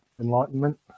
enlightenment